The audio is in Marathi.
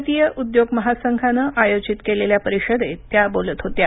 भारतीय उद्योग महासंघानं आयोजित केलेल्या परिषदेत त्या बोलत होत्या